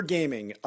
Gaming